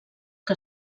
que